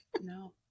No